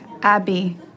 Abby